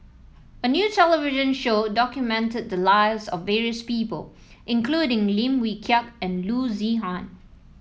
a new television show documented the lives of various people including Lim Wee Kiak and Loo Zihan